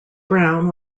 brown